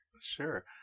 Sure